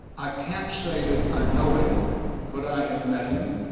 i can't say that i know him but i have met him,